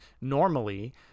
normally